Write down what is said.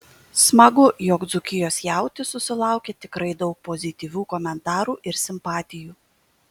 smagu jog dzūkijos jautis susilaukė tikrai daug pozityvių komentarų ir simpatijų